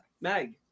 Mag